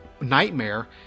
nightmare